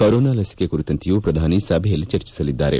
corona ಲಸಿಕೆ ಕುರಿತಂತೆಯೂ ಪ್ರಧಾನಿ ಸಭೆಯಲ್ಲಿ ಚರ್ಚಿಸಲಿದ್ದಾರೆ